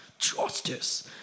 justice